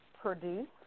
produce